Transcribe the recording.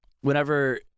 whenever